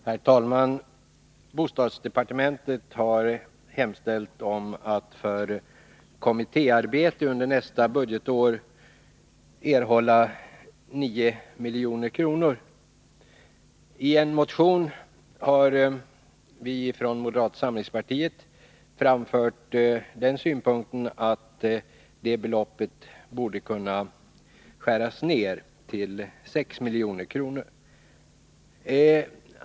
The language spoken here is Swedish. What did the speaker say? Herr talman! Bostadsdepartementet har hemställt om att för kommitté arbete under nästa budgetår erhålla 9 milj.kr. I en motion har vi från moderata samlingspartiet framfört den synpunkten att det beloppet borde kunna skäras ned till 6 milj.kr.